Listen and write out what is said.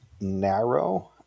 narrow